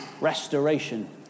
restoration